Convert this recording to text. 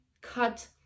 cut